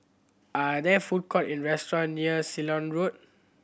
are there food court in restaurant near Ceylon Road